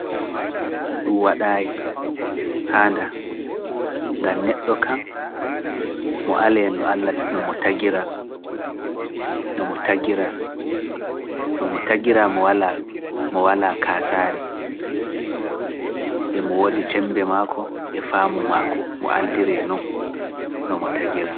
Ɗum waɗaay haanda, gara neɗɗo kan, mo aleeno Alla no mo tagira, no mo tagira mo walaa kaasari, e mo woodi ceembe mako e faamu mako, mo aldiree non no mo tagira.